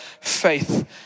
faith